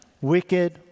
Wicked